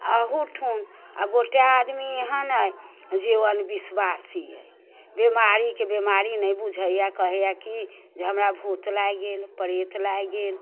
अहू ठम आओर गोटेक आदमी एहन अइ जे ओ अन्धविश्वासी अइ बीमारीके बीमारी नहि बुझैय कहैय की जे हमरा भूत लागि गेल परेत लागि गेल